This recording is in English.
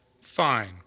Fine